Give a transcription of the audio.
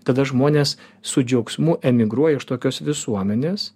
tada žmonės su džiaugsmu emigruoja iš tokios visuomenės